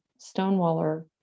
Stonewaller